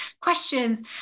questions